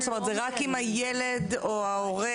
זה רק אם הילד או ההורה